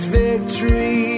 victory